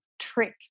Trick